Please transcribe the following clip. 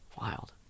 Wild